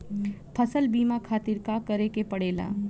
फसल बीमा खातिर का करे के पड़ेला?